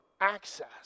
access